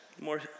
more